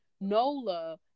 Nola